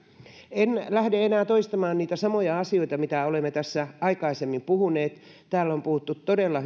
en lähde enää toistamaan niitä samoja asioita mitä olemme tässä aikaisemmin puhuneet täällä on käytetty todella